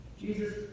jesus